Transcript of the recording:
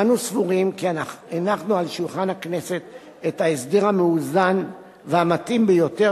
אנו סבורים כי הנחנו על שולחן הכנסת את ההסדר המאוזן והמתאים ביותר